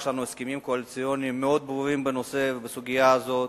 יש לנו הסכמים קואליציוניים מאוד ברורים בנושא ובסוגיה הזאת,